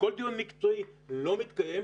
שכל דיון מקצועי לא מתקיים.